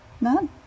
None